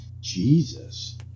Jesus